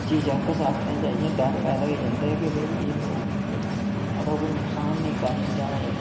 झिझक आखचै जां डर इ'यां डर पैदा होई जंदा के भाई एह् लोक मतलब साढ़ा कोई नुक्सान नेईं करन जां फ्ही